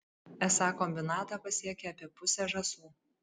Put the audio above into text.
esą kombinatą pasiekia apie pusę žąsų